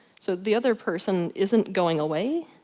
so, the other person isn't going away,